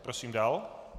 Prosím dál.